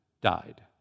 died